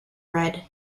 red